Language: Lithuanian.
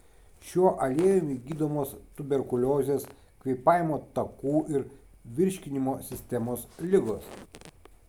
šiuo aliejumi gydomos tuberkuliozės kvėpavimo takų ir virškinimo sistemos ligos